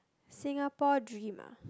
Singapore dream ah